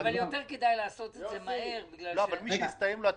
מה שחבר הכנסת קרעי עשה זה בעניין משפרי הדיור,